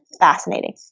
fascinating